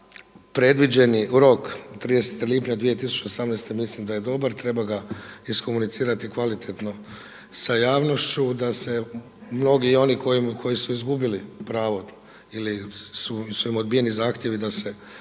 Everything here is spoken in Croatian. Predviđeni rok 30. lipnja 2018. godine mislim da je dobar. Treba ga iskomunicirati kvalitetno sa javnošću da se mnogi oni koji su izgubili pravo ili su im odbijeni zahtjevi da se